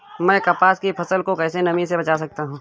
मैं कपास की फसल को कैसे नमी से बचा सकता हूँ?